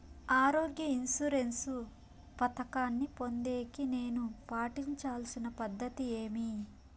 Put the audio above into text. ఆరోగ్య ఇన్సూరెన్సు పథకాన్ని పొందేకి నేను పాటించాల్సిన పద్ధతి ఏమి?